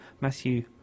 Matthew